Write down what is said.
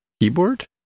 keyboard